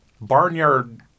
Barnyard